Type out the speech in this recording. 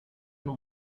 and